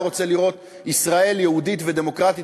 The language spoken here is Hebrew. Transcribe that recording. היה רוצה לראות ישראל יהודית ודמוקרטית,